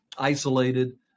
isolated